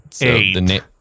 eight